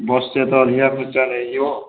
bus ରେ ତ ଅଧିକା ପଇସା ନେଇଯିବ